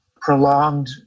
prolonged